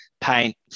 paint